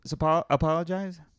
apologize